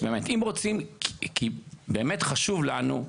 באמת חשוב לנו,